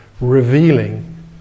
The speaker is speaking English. revealing